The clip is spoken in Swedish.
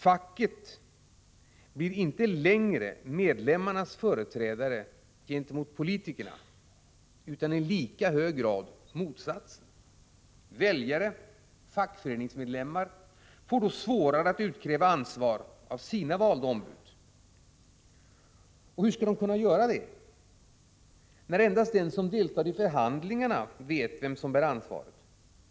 Facket blir inte längre medlemmarnas företrädare gentemot politikerna utan i lika hög grad motsatsen. Väljare och fackföreningsmedlemmar får då svårare att utkräva ansvar av sina valda ombud. Hur skall de kunna göra det när endast den som deltar i förhandlingarna vet vem som bär ansvaret?